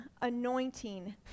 anointing